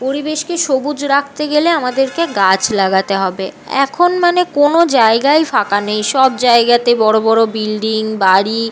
পরিবেশকে সবুজ রাখতে গেলে আমাদেরকে গাছ লাগাতে হবে এখন মানে কোনো জায়গাই ফাঁকা নেই সব জায়গাতে বড়ো বড়ো বিল্ডিং বাড়ি